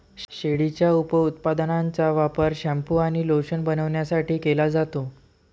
शेळीच्या उपउत्पादनांचा वापर शॅम्पू आणि लोशन बनवण्यासाठी केला जातो